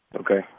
Okay